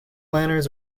liners